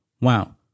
Wow